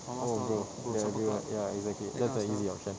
oh bro ya ya ya it's okay that was an easy option